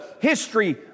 history